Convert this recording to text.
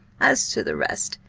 as to the rest,